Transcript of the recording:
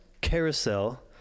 carousel